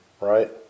right